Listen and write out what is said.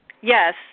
Yes